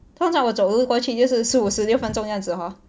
通常我走路过去就是十五十六分种这样子 hor